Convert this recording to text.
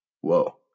whoa